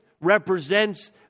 represents